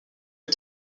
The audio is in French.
les